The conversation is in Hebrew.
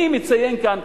אני מציין כאן,